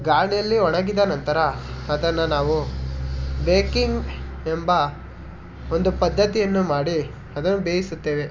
ಗಾಳಿಯಲ್ಲಿ ಒಣಗಿದ ನಂತರ ಅದನ್ನು ನಾವು ಬೇಕಿಂಗ್ ಎಂಬ ಒಂದು ಪದ್ಧತಿಯನ್ನು ಮಾಡಿ ಅದನ್ನು ಬೇಯಿಸುತ್ತೇವೆ